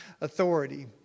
authority